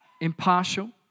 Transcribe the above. impartial